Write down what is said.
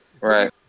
Right